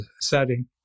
setting